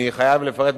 אני חייב לפרט,